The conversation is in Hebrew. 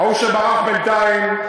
ההוא שברח בינתיים.